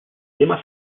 tema